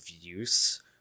use